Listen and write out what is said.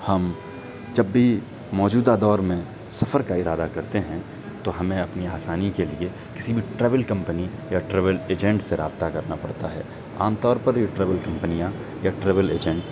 ہم جب بھی موجودہ دور میں سفر کا ارادہ کرتے ہیں تو ہمیں اپنی آسانی کے لیے کسی بھی ٹریول کمپنی یا ٹریول ایجنٹ سے رابطہ کرنا پڑتا ہے عام طور پر یہ ٹریول کمپنیاں یا ٹریول ایجنٹ